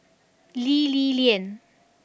Lee Li Lian